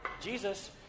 Jesus